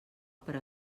per